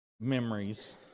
memories